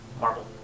marble